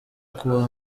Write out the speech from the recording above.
kuwa